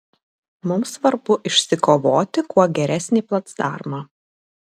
mums svarbu išsikovoti kuo geresnį placdarmą